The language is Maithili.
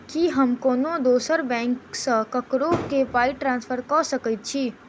की हम कोनो दोसर बैंक सँ ककरो केँ पाई ट्रांसफर कर सकइत छि?